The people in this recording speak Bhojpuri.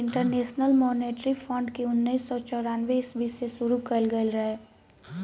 इंटरनेशनल मॉनेटरी फंड के उन्नीस सौ चौरानवे ईस्वी में शुरू कईल गईल रहे